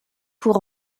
pour